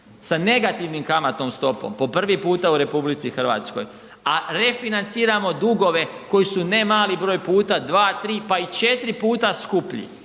sa negativnom kamatnom stopom, po prvi puta u RH, a refinanciramo dugove koji su nemali broj puta, 2, 3, pa i 4 puta skuplji.